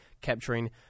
capturing